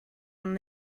ond